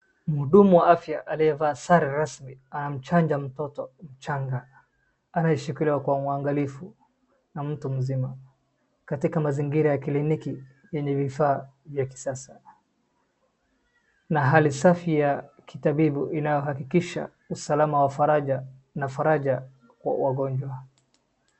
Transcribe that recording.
Mhudumu wa afya aliyevaa sare rasmi anamchanja mtoto mchanga anayeshikilia kwa mwangalifu na mtu mzima, katika mazingira ya kliniki yenye vifaa vya kisasa na hali safi ya kitabibu inayohakikisha usalama wa faraja na faraja wa wagonjwa.